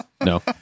no